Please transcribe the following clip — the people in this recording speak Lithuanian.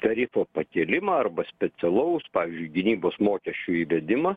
tarifo pakėlimą arba specialaus pavyzdžiui gynybos mokesčio įvedimą